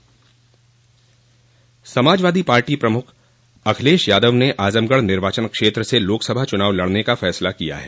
उ समाजवादी पार्टी प्रमुख अखिलेश यादव ने आजमगढ़ निर्वाचन क्षेत्र से लोकसभा चुनाव लड़ने का फैसला किया है